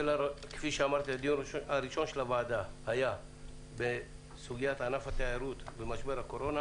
הדיון הראשון של הוועדה היה בסוגית ענף התיירות במשבר הקורונה.